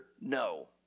no